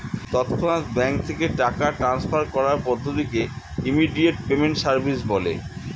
তৎক্ষণাৎ ব্যাঙ্ক থেকে টাকা ট্রান্সফার করার পদ্ধতিকে ইমিডিয়েট পেমেন্ট সার্ভিস বলে